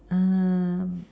err